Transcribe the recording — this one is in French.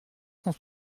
cent